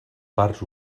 parts